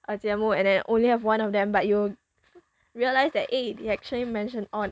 a 节目 and then only have one of them but you realize that eh he actually mention on